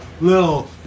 little